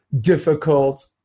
difficult